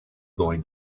going